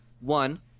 One